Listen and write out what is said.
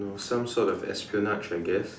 some sort of espionage I guess